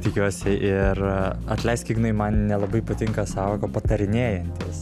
tikiuosi ir atleisk ignai man nelabai patinka sąvoka patarinėjantis